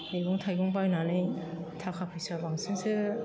मैगं थाइगं बायनानै थाखा फैसा बांसिनसो